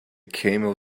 camel